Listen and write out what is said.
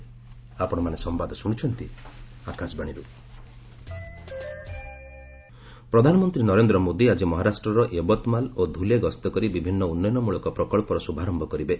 PM Maharashtra ପ୍ରଧାନମନ୍ତ୍ରୀ ନରେନ୍ଦ୍ର ମୋଦି ଆଜି ମହାରାଷ୍ଟ୍ରର ୟବତ୍ମାଲ୍ ଓ ଧୁଲେ ଗସ୍ତ କରି ବିଭିନ୍ନ ଉନ୍ନୟନମୂଳକ ପ୍ରକଳ୍ପର ଶୁଭାରମ୍ଭ କରିବେ